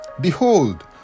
Behold